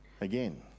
again